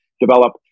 develop